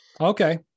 okay